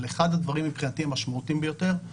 אבל אחד הדברים, מבחינתי, המשמעותיים ביותר הוא